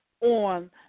on